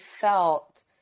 felt